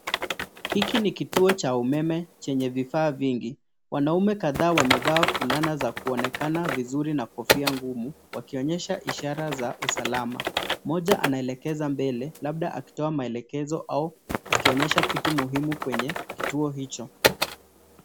Hiki ni kituo cha umeme chenye vifaa vingi. Wanaume kadhaa wamevaa fulana za kuonekana vizuri na kofia ngumu wakionyesha ishara za usalama. Mmoja anaelekeza mbele labda akitoa maelekezo au akionyesha kitu muhimu kwenye kituo hicho.